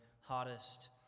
hottest